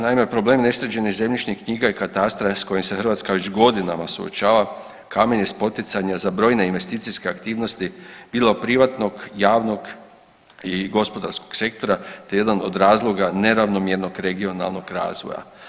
Naime, problem nesređenih zemljišnih knjiga i katastra s kojim se Hrvatska već godinama suočava kamen je spoticanja za brojne investicijske aktivnosti bilo privatnog, javnog i gospodarskog sektora te jedan od razloga neravnomjernog regionalnog razvoja.